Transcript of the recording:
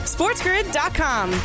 SportsGrid.com